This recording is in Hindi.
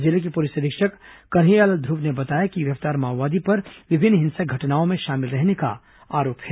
जिले के पुलिस अधीक्षक कन्हैयालाल ध्रुव ने बताया कि गिरफ्तार माओवादी पर विभिन्न हिंसक घटनाओं में शामिल रहने का आरोप है